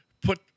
put